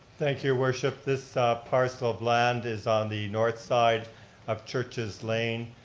thank you, your worship. this parcel of land is on the north side of church's lane,